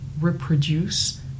reproduce